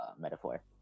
metaphor